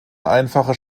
einfache